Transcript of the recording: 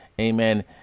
Amen